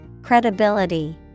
Credibility